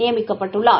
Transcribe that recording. நியமிக்கப்பட்டுள்ளார்